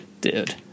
dude